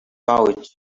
pouch